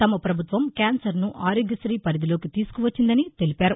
తమ పభుత్వం క్యాన్సర్ ను ఆరోగ్య శ్రీ పరిధిలోకి తీసుకువచ్చిందని తెలిపారు